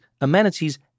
amenities